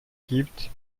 gibt